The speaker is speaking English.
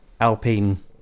Alpine